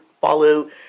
follow